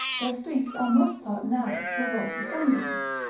their streets are most part narrow, to avoid the sunbeams.